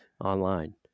online